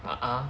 (uh huh)